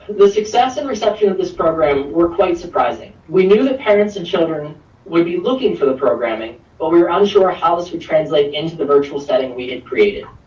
the success and reception of this program were quite surprising. we knew that parents and children would be looking for the programming, but we were unsure how this would translate into the virtual setting we had created.